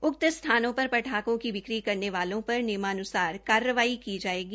उक्त स्थानों पर पटाखों की बिक्री करने वालों पर नियमान्सार कार्यवाही की जाएगी